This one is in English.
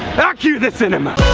ah cue the cinema